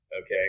Okay